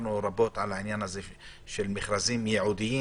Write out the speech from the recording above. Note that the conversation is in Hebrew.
דיברנו רבות על העניין הזה של מכרזים ייעודיים.